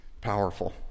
Powerful